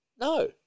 No